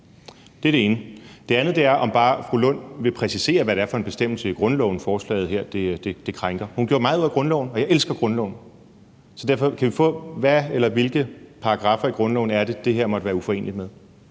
Det er det ene. Det andet er, om fru Rosa Lund vil præcisere, hvad det er for en bestemmelse i grundloven, forslaget her krænker. Hun gjorde meget ud af grundloven, og jeg elsker grundloven, så derfor: Kan vi få et svar på, hvilke paragraffer i grundloven det er, som det her måtte være uforeneligt med?